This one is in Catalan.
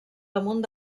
damunt